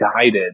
guided